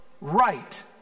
right